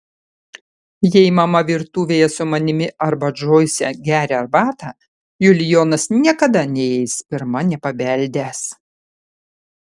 jei mama virtuvėje su manimi arba džoise geria arbatą julijonas niekada neįeis pirma nepabeldęs